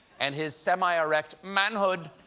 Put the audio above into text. and his semi-erect manhood